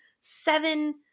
seven